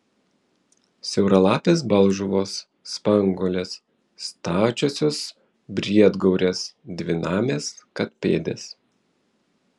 siauralapės balžuvos spanguolės stačiosios briedgaurės dvinamės katpėdės